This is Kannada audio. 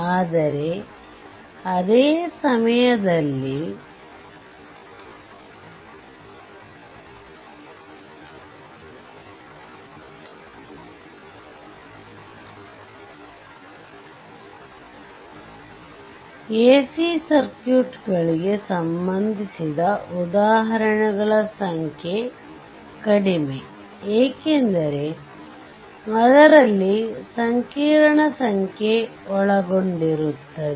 ಆದರೆ ಅದೇ ಸಮಯದಲ್ಲಿ ಎಸಿ ಸರ್ಕ್ಯೂಟ್ಗಳಿಗೆ ಸಂಭಂದಿಸಿದ ಉದಾಹರಣೆಗಳ ಸಂಖ್ಯೆ ಕಡಿಮೆ ಏಕೆಂದರೆ ಅದರಲ್ಲಿ ಸಂಕೀರ್ಣ ಸಂಖ್ಯೆ ಒಳಗೊಂಡಿರುತ್ತದೆ